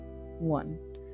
one